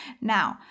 Now